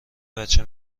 بچه